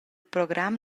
program